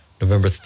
November